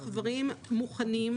הדברים מוכנים.